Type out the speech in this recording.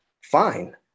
fine